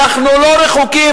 אנחנו לא רחוקים,